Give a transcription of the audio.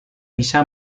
bisa